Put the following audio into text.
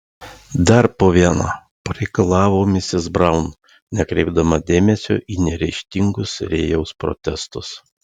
dar po vieną pareikalavo misis braun nekreipdama dėmesio į neryžtingus rėjaus protestus